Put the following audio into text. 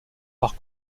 par